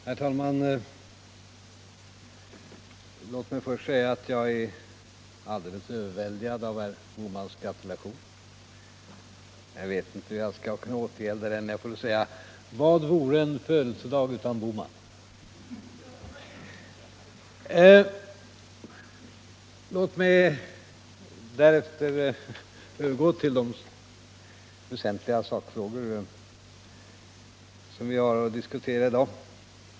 Herr talman! Låt mig först säga att jag är alldeles överväldigad av herr Bohmans gratulation. Jag vet inte hur jag skall kunna återgälda den, men jag får väl säga: Vad vore en födelsedag utan herr Bohman? Låt mig därefter övergå till de väsentliga sakfrågor som vi har att diskutera i dag.